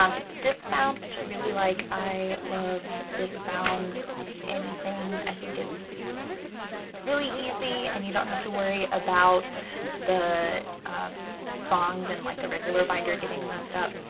um it's disc bound, which i really like. i love disc bound anything. i think it's really easy and you don't have to worry about the prongs in like a regular binder getting messed up.